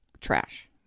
Trash